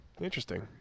Interesting